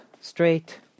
straight